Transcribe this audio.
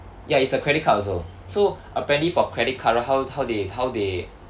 ya it's a credit card also so apparently for credit card right how how they how they